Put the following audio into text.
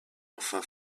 enfin